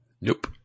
Nope